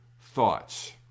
thoughts